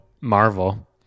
Marvel